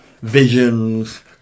visions